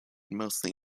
mostly